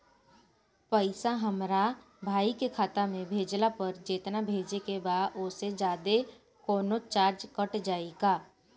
पैसा हमरा भाई के खाता मे भेजला पर जेतना भेजे के बा औसे जादे कौनोचार्ज कट जाई का?